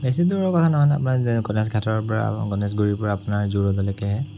বেছি দূৰৰ কথা নহয় নহয় আপোনাৰ গণেশঘাটৰ পৰা গণেশগুৰিৰ পৰা আপোনাৰ জু ৰোডলৈকেহে